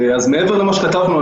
מעבר למה שכתבנו,